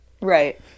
Right